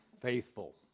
faithful